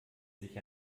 sich